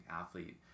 athlete